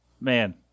Man